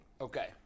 Okay